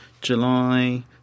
July